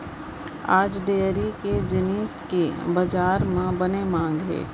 आज डेयरी के जिनिस के बजार म बने मांग हे